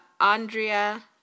Andrea